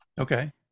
okay